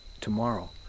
tomorrow